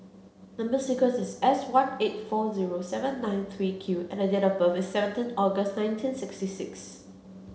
number sequence is S one eight four zero seven nine three Q and date of birth is seventeen August nineteen sixty six